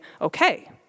okay